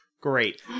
Great